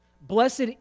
Blessed